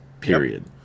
period